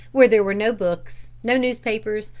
where there were no books, no newspapers,